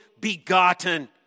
begotten